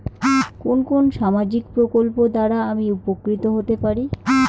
কোন কোন সামাজিক প্রকল্প দ্বারা আমি উপকৃত হতে পারি?